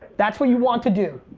that's what you want to do.